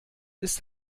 ist